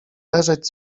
leżeć